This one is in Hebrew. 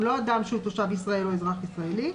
הוא לא אדם שהוא תושב ישראל או אזרח ישראלי,